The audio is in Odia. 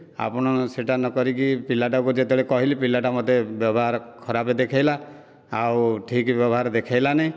ଆପଣ ସେଟା ନକରିକି ପିଲାଟାକୁ ଯେତେବେଳେ କହିଲି ପିଲାଟା ମତେ ବ୍ୟବହାର ଖରାପ ଦେଖାଇଲା ଆଉ ଠିକ ବ୍ୟବହାର ଦେଖାଇଲା ନାହିଁ